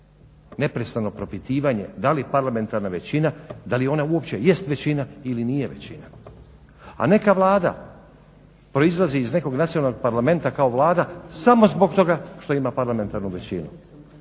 Neprestano propitivanje da li parlamentarna većina, da li ona uopće jest većina ili nije većina. A neka Vlada proizlazi iz nekog nacionalnog parlamenta kao Vlada samo zbog toga što ima parlamentarnu većinu.